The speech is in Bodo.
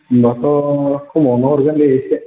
होनबाथ' खमावनो हरगोनदे एसे